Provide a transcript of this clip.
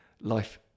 life